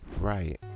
Right